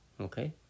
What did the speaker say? okay